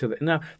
now